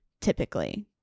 typically